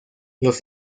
los